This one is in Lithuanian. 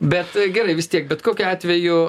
bet gerai vis tiek bet kokiu atveju